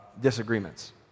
disagreements